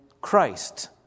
Christ